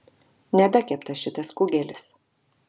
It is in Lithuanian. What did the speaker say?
nedakeptas šitas kugelis